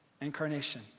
incarnation